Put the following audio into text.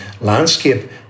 landscape